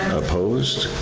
opposed,